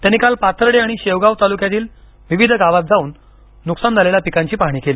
त्यांनी काल पाथर्डी आणि शेवगाव तालुक्यातील विविध गावांत जाऊन नुकसान झालेल्या पीकांची पाहणी केली